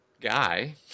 guy